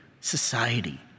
society